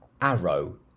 Arrow